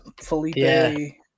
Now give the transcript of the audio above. Felipe